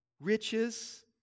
riches